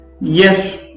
Yes